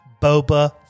boba